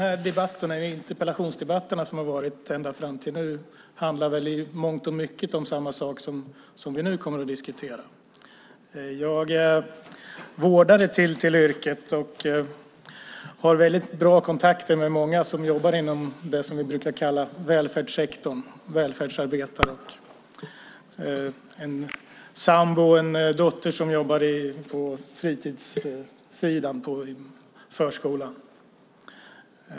Fru talman! De interpellationsdebatter som har varit här fram tills nu har i mångt och mycket handlat om samma sak som vi nu kommer att diskutera. Jag är vårdare till yrket, och jag har bra kontakter med många som jobbar inom det som vi kallar välfärdssektorn - välfärdsarbetare. Min sambo och min dotter jobbar på fritidssidan inom förskolan.